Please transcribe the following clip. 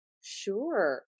Sure